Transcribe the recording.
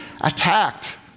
attacked